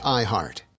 iHeart